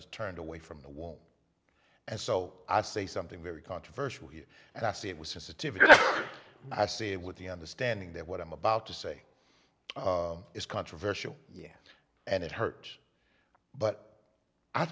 is turned away from the wall and so i say something very controversial here and i see it was sensitive i say with the understanding that what i'm about to say is controversial and it hurt but i